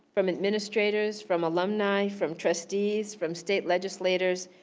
from administrators, from alumni, from trustees, from state legislators.